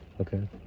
Okay